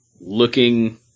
looking